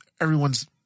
everyone's